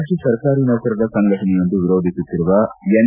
ರಾಜ್ಜ ಸರ್ಕಾರಿ ನೌಕರರ ಸಂಘಟನೆಯೊಂದು ವಿರೋಧಿಸುತ್ತಿರುವ ಎನ್